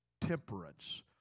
temperance